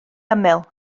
ymyl